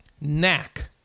Knack